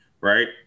right